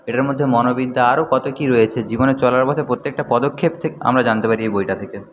এটার মধ্যে মনোবিদ্যা আরও কত কি রয়েছে জীবনে চলার পথে প্রত্যেকটা পদক্ষেপ থে আমরা জানতে পারি এই বইটা থেকে